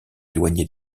éloigné